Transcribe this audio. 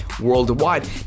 worldwide